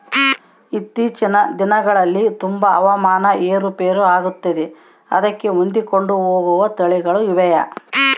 ಇತ್ತೇಚಿನ ದಿನಗಳಲ್ಲಿ ತುಂಬಾ ಹವಾಮಾನ ಏರು ಪೇರು ಆಗುತ್ತಿದೆ ಅದಕ್ಕೆ ಹೊಂದಿಕೊಂಡು ಹೋಗುವ ತಳಿಗಳು ಇವೆಯಾ?